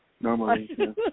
normally